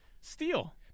Steal